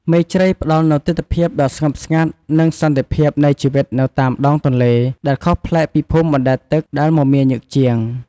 មេជ្រៃផ្តល់នូវទិដ្ឋភាពដ៏ស្ងប់ស្ងាត់ និងសន្តិភាពនៃជីវិតនៅតាមដងទន្លេ ដែលខុសប្លែកពីភូមិបណ្ដែតទឹកដែលមមាញឹកជាង។